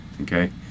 okay